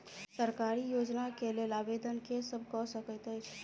सरकारी योजना केँ लेल आवेदन केँ सब कऽ सकैत अछि?